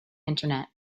internet